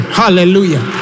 hallelujah